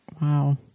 Wow